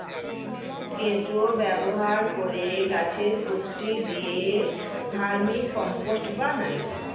কেঁচো ব্যবহার করে গাছে পুষ্টি দিয়ে ভার্মিকম্পোস্ট বানায়